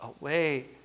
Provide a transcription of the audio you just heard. away